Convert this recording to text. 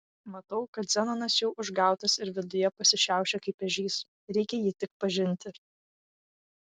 matau kad zenonas jau užgautas ir viduje pasišiaušė kaip ežys reikia jį tik pažinti